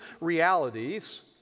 realities